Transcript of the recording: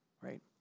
right